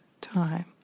time